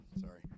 Sorry